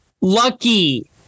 Lucky